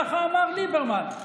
ככה אמר ליברמן.